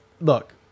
look